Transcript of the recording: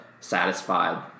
satisfied